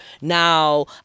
now